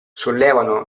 sollevano